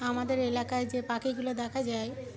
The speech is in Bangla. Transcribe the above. আমাদের এলাকায় যে পাখিগুলো দেখা যায়